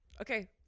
Okay